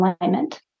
alignment